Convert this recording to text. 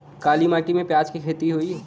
काली माटी में प्याज के खेती होई?